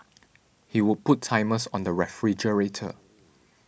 he would put timers on the refrigerator